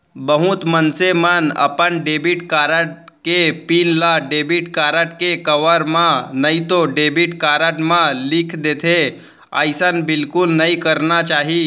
बहुत मनसे मन अपन डेबिट कारड के पिन ल डेबिट कारड के कवर म नइतो डेबिट कारड म लिख देथे, अइसन बिल्कुल नइ करना चाही